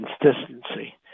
consistency